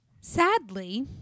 Sadly